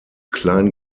klein